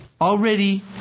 already